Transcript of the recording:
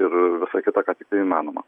ir visą kitą ką tiktai įmanoma